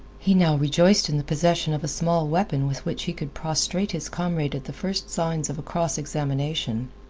he now rejoiced in the possession of a small weapon with which he could prostrate his comrade at the first signs of a cross-examination.